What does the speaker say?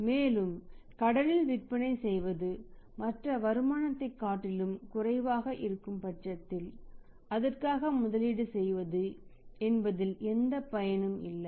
மேலும் கடனில் விற்பனை செய்வது மற்ற வருமானத்தை காட்டிலும் குறைவாக இருக்கும்பட்சத்தில் அதற்காக முதலீடு செய்வது என்பதில் எந்த பயனும் இல்லை